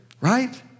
right